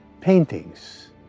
Paintings